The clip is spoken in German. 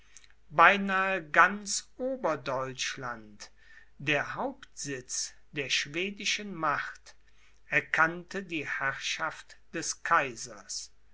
beinahe ganz oberdeutschland der hauptsitz der schwedischen macht erkannte die herrschaft des kaisers